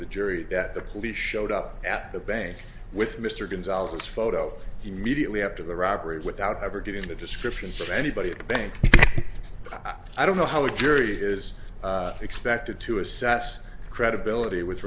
the jury that the police showed up at the bank with mr gonzalez photo immediately after the robbery without ever getting into descriptions of anybody at the bank i don't know how a jury is expected to assess credibility with